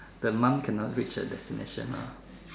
the monk cannot reach her destination mah